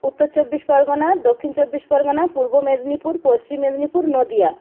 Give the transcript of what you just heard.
Uttar Chabbish Pargana Dakshin Chabbish Pargana Purba Medinipur Paschim Medinipur Nadia